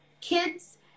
kids